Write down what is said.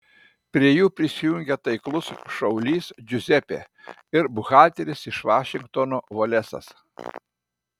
prie jų prisijungia taiklus šaulys džiuzepė ir buhalteris iš vašingtono volesas